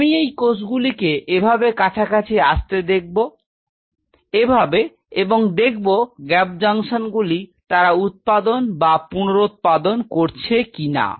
আমি এই কোষগুলিকে এভাবে কাছাকাছি আসতে দেখব এভাবে এবং দেখব গ্যাপ জংশনগুলি তারা উৎপাদন বা পুনরুৎপাদন করছে কিনা